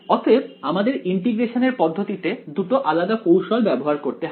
অতএব আমাদের ইন্টিগ্রেশনের পদ্ধতিতে দুটো আলাদা কৌশল ব্যবহার করতে হবে